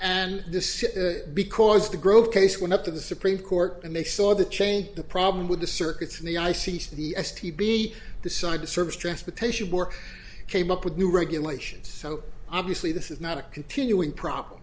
and this because the growth case went up to the supreme court and they saw the change the problem with the circuits in the i c c s t b decide to surface transportation more came up with new regulations so obviously this is not a continuing problem